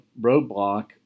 roadblock